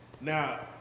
Now